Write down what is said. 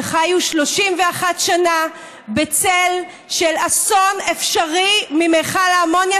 שחיו 31 שנה בצל של אסון אפשרי ממכל האמוניה,